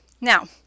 Now